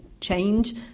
change